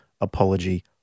Apology